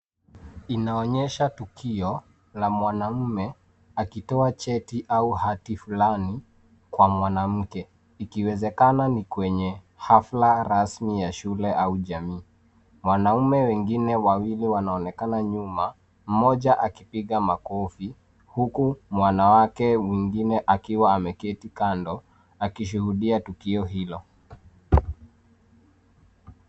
Inaonyesha tukio la mwanaume akitoa cheti au hati fulani kwa mwanamke ikiwezekana ni kwenye hafla rasmi ya shule au jamii. Wanaume wengine wawili wanaonekana nyuma, mmoja akipiga makofi huku mwanamke mwingine akiwa ameketi kando, akishuhudia tukio hilo.